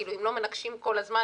כאילו אם לא מנקשים כל הזמן,